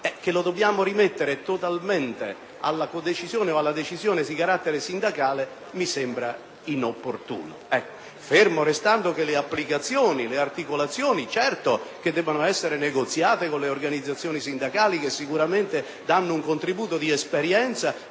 Che lo si debba rimettere totalmente ad una decisione o codecisione di carattere sindacale mi sembra inopportuno. Fermo restando che le applicazioni e le articolazioni debbono certamente essere negoziate con le organizzazioni sindacali, che sicuramente offrono un contributo di esperienza